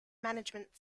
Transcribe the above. management